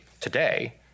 today